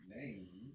name